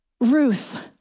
Ruth